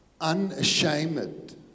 unashamed